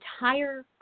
entire